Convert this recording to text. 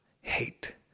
hate